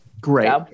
Great